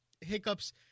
hiccups